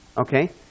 Okay